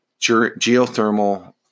geothermal